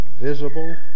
visible